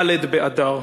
ד' באדר.